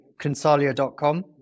consalia.com